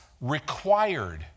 required